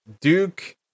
Duke